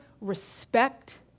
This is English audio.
respect